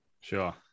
Sure